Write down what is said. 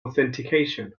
authentication